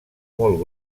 molt